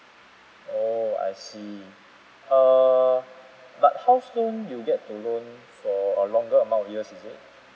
oh I see err but house loan you get to loan for a longer amount of years is it